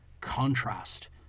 contrast